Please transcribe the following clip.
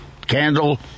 candle